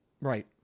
Right